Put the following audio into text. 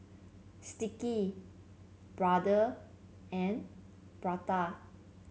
Sticky Brother and Prada